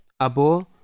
abo